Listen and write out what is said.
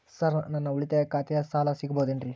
Sir ನನ್ನ ಉಳಿತಾಯ ಖಾತೆಯ ಸಾಲ ಸಿಗಬಹುದೇನ್ರಿ?